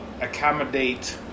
accommodate